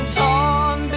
torn